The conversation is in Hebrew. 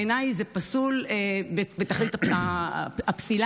בעיניי זה פסול בתכלית הפסילה,